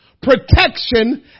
protection